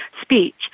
speech